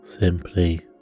simply